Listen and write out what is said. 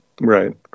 Right